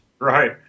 Right